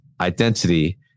identity